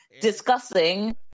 discussing